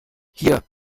hier